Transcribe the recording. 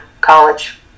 College